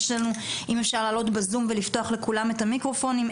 אם אפשר להעלות בזום ולפתוח לכולם את המקרופונים,